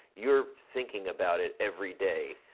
you're thinking about it every day.